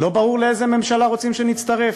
לא ברור לאיזו ממשלה רוצים שנצטרף,